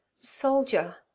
Soldier